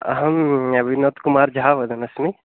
अहं विनोद् कुमार् झा वदन्नस्मि